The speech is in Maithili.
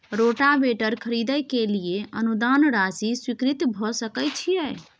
रोटावेटर खरीदे के लिए अनुदान राशि स्वीकृत भ सकय छैय?